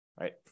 right